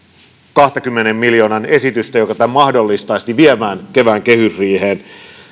kahdenkymmenen miljoonan esitystä joka tämän mahdollistaisi viemään kevään kehysriiheen